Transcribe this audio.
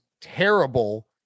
terrible